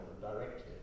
directly